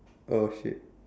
oh shit